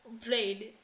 played